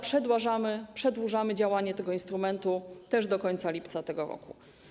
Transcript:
Przedłużamy działanie tego instrumentu też do końca lipca tego roku.